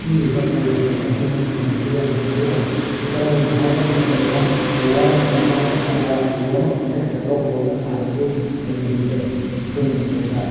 ꯄꯤꯔꯤꯕ ꯈꯜ ꯑꯁꯦ ꯀꯥꯏꯍꯟꯗꯅ ꯊꯝꯕꯗ ꯌꯥꯝꯅ ꯃꯔꯨ ꯑꯣꯏ ꯈꯨꯗꯝ ꯑꯣꯏꯅ ꯍꯥꯏꯔꯕ ꯃꯇꯝꯗ ꯎ ꯋꯥ ꯃꯇꯝ ꯆꯥꯅ ꯊꯥꯕ ꯎ ꯑꯃ ꯀꯛꯊꯛꯈ꯭ꯔꯒ ꯎ ꯑꯃ ꯊꯥꯕꯒꯤ ꯍꯩꯅꯕꯤꯁꯦ ꯑꯩꯈꯣꯏ ꯃꯅꯤꯄꯨꯔꯗ